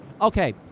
Okay